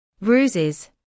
bruises